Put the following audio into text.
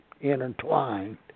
intertwined